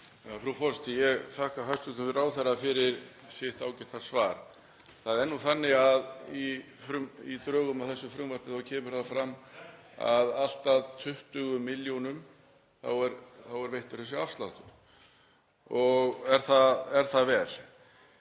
Herra forseti. Ég þakka hæstv. ráðherra fyrir sitt ágæta svar. Það er nú þannig að í drögum að þessu frumvarpi kemur það fram að allt að 20 milljónum þá er veittur þessi afsláttur og er það vel.